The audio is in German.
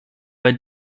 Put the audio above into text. bei